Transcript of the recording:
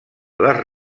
les